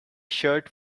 shirt